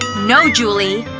no, julie.